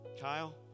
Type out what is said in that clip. Kyle